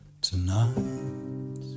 tonight